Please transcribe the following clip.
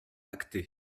actées